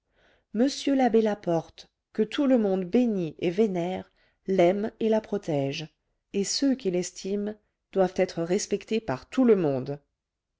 m l'abbé laporte que tout le monde bénit et vénère l'aime et la protège et ceux qu'il estime doivent être respectés par tout le monde